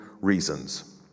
reasons